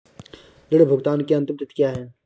ऋण भुगतान की अंतिम तिथि क्या है?